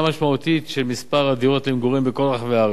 משמעותית של מספר הדירות למגורים בכל רחבי הארץ.